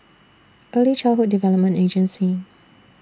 Early Childhood Development Agency